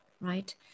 right